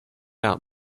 out